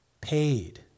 paid